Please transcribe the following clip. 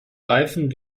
reifen